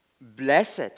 Blessed